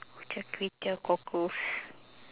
char kway teow cockles